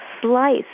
slice